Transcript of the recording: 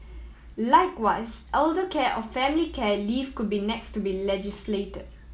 likewise elder care or family care leave could be next to be legislated